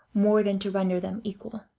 more than to render them equal.